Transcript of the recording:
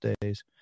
days